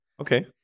Okay